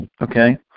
Okay